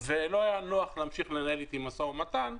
ולא היה נוח להמשיך לנהל איתי משא ומתן,